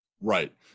Right